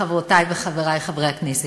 חברותי וחברי חברי הכנסת,